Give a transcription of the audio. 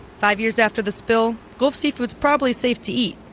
five years after the spill, gulf seafood is probably safe to eat,